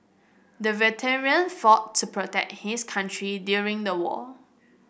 the veteran fought to protect his country during the war